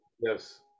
Yes